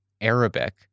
Arabic